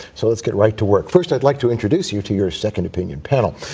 so let's get right to work. first i'd like to introduce you to your second opinion panel.